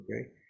Okay